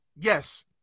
Yes